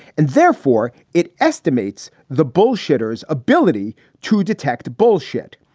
and therefore it estimates the bullshitters ability to detect bullshit.